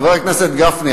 חבר הכנסת גפני,